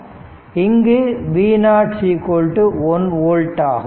இங்கு V0 1 volt ஆகும்